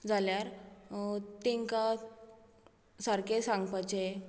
जाल्यार तांकां सारकें सांगपाचें